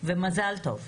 ומזל טוב.